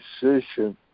decision